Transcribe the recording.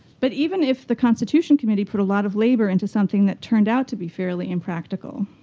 but even if the constitution committee put a lot of labor into something that turned out to be fairly impractical,